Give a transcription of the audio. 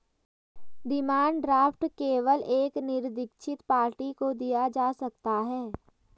demand draft केवल एक निरदीक्षित पार्टी को दिया जा सकता है